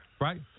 right